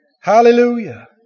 Hallelujah